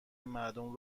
مردم